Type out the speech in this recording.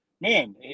man